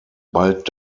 bald